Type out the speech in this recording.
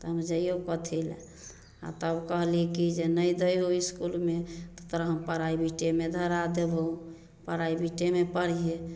तऽ हम जाइयौ कथी लए आ तब कहली कि जे नहि दै हौ इसकुलमे तऽ तोरा हम प्राइवेटेमे धरा देबौ प्राइवेटेमे पढिहे